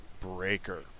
breaker